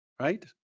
right